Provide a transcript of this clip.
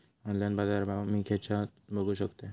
Online बाजारभाव मी खेच्यान बघू शकतय?